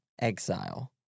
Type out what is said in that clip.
exile